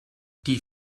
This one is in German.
die